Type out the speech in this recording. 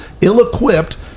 ill-equipped